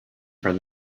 for